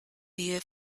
here